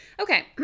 Okay